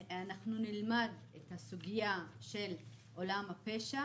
אנחנו נלמד את הסוגיה של עולם הפשע.